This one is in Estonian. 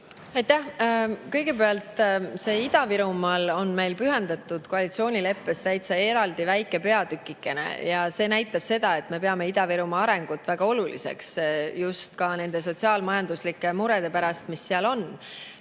Aitäh! Kõigepealt, Ida-Virumaale on pühendatud koalitsioonileppes täitsa eraldi väike peatükikene. See näitab seda, et me peame Ida-Virumaa arengut väga oluliseks just ka nende sotsiaal-majanduslike murede pärast, mis seal on.